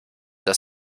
das